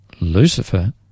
Lucifer